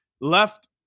left